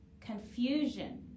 Confusion